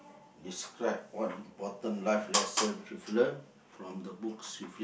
describe one important life lesson you've learnt from the books you